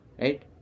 Right